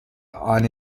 upon